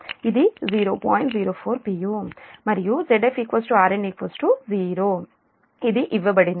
మరియు Zf Rn 0 ఇది ఇవ్వబడింది